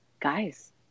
Guys